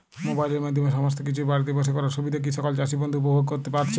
মোবাইলের মাধ্যমে সমস্ত কিছু বাড়িতে বসে করার সুবিধা কি সকল চাষী বন্ধু উপভোগ করতে পারছে?